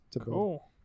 Cool